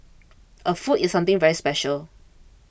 a foot is something very special